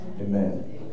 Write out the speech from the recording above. Amen